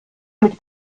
mit